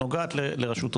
אבל נוגעת לרשות האוכלוסין,